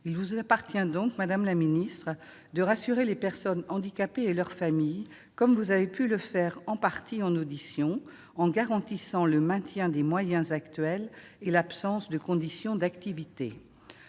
Il vous appartiendra donc, madame la secrétaire d'État, de rassurer les personnes handicapées et leurs familles, comme vous avez pu le faire en partie en audition, en garantissant le maintien des moyens actuels et l'absence de condition d'activité.